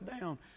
down